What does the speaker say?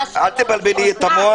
אל תבלבלי את המוח.